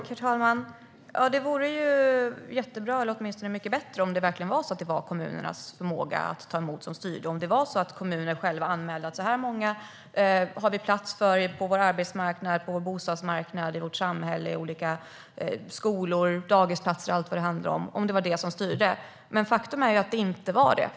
Herr talman! Det vore jättebra, eller åtminstone mycket bättre, om det verkligen var kommunernas förmåga att ta emot som styrde, om kommunerna själva fick anmäla hur många de har plats för och om det var arbetsmarknad, bostadsmarknad, skolor, daghem och allt vad det handlar om som styrde. Men faktum är att det inte är det.